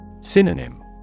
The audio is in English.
Synonym